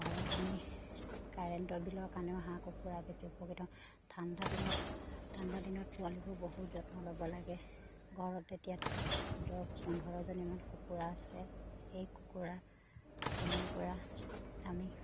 ঘৰত আমি কাৰেণ্টৰ বিলৰ কাৰণেও হাঁহ কুকুৰা বেছি উপকৃত ঠাণ্ডা দিনত ঠাণ্ডা দিনত পোৱালিবোৰ বহুত যত্ন ল'ব লাগে ঘৰত এতিয়া দহ পোন্ধৰজনীমান কুকুৰা আছে সেই কুকুৰা কণীৰ পৰা আমি